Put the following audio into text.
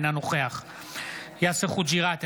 אינו נוכח יאסר חוג'יראת,